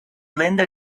linda